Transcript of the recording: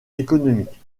économique